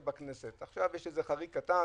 עכשיו יש חריג קטן,